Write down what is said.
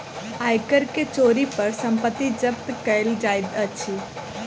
आय कर के चोरी पर संपत्ति जब्त कएल जाइत अछि